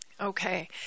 Okay